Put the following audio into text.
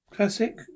classic